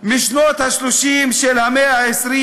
משנות ה-30 של המאה ה-20,